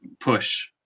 push